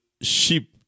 sheep